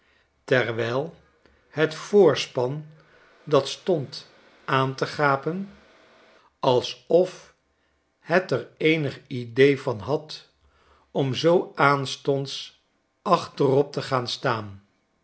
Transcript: terwijl het voorschetsen uit amerika span dat stond aan te gapen alsof net er eenig idee van had om zoo aanstonds achterop te gaan staan